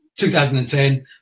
2010